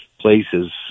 places